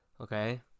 Okay